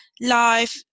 life